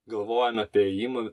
galvojom apie ėjimą